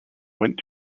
went